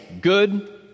good